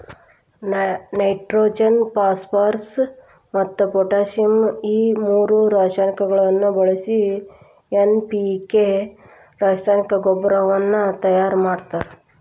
nitrogen phosphorus ಮತ್ತ್ potassium ಈ ಮೂರು ರಾಸಾಯನಿಕಗಳನ್ನ ಬಳಿಸಿ ಎನ್.ಪಿ.ಕೆ ರಾಸಾಯನಿಕ ಗೊಬ್ಬರವನ್ನ ತಯಾರ್ ಮಾಡ್ತಾರ